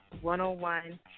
one-on-one